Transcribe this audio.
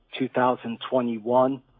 2021